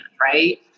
right